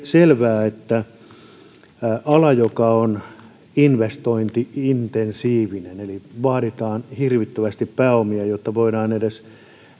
selvää että alaan joka on investointi intensiivinen eli vaaditaan hirvittävästi pääomia jotta voidaan edes